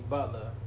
Butler